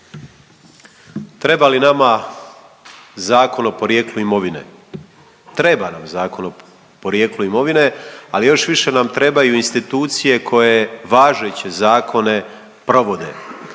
Treba li nama Zakon o porijeklu imovine? Treba nam Zakon o porijeklu imovine, ali još više nam trebaju institucije koje važeće zakone provode.